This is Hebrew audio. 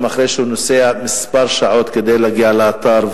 אחרי שהוא נוסע שעות מספר כדי להגיע לאתר,